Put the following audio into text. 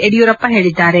ಯಡಿಯೂರಪ್ಪ ಹೇಳಿದ್ದಾರೆ